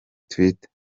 twitter